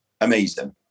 amazing